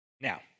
Now